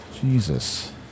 Jesus